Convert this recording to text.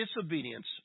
disobedience